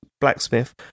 blacksmith